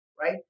right